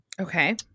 okay